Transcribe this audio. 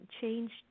changed